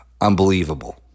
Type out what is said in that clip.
Unbelievable